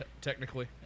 Technically